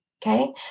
Okay